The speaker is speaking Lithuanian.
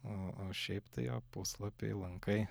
o o šiaip tai jo puslapiai lankai